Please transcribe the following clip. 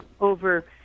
over